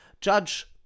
judge